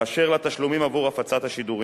באשר לתשלומים עבור הפצת השידורים: